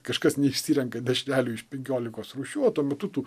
kažkas neišsirenka dešrelių iš penkiolikos rūšių o tuo metu tu